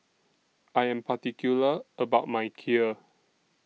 I Am particular about My Kheer